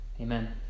Amen